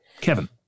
Kevin